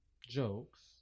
Jokes